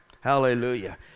hallelujah